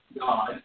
God